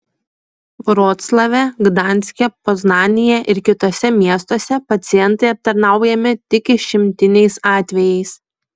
vroclave gdanske poznanėje ir kituose miestuose pacientai aptarnaujami tik išimtiniais atvejais